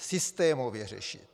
Systémově řešit.